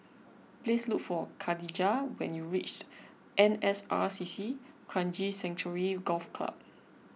please look for Kadijah when you reach N S R C C Kranji Sanctuary Golf Club